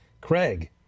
Craig